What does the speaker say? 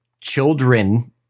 children